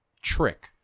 trick